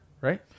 right